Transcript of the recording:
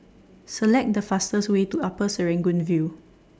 Select The fastest Way to Upper Serangoon View